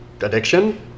addiction